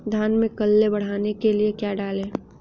धान में कल्ले बढ़ाने के लिए क्या डालें?